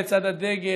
לצד הדגל,